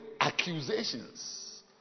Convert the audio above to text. accusations